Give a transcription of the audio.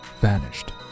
vanished